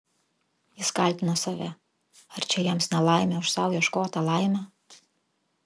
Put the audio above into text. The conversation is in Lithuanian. jis kaltino save ar čia jiems nelaimė už sau ieškotą laimę